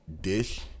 dish